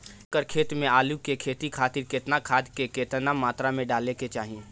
एक एकड़ खेत मे आलू के खेती खातिर केतना खाद केतना मात्रा मे डाले के चाही?